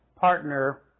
partner